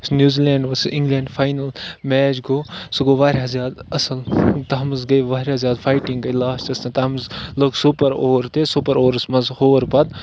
یُس New Zealand versus England final match گوٚو سُہ گوٚو واریاہ زیادٕ اَصٕل تَتھ منٛز گٔے واریاہ زیادٕ فایٹِنٛگ گٔے لاسٹَس تہٕ تَتھ منٛز لوٚگ سوٗپَر اوٚوَر تہِ سوٗپَر اورَس منٛز ہور پَتہٕ